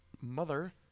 mother